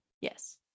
Yes